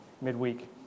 midweek